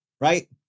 right